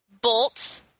Bolt